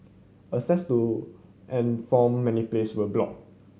access to and from many place were blocked